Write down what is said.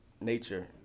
nature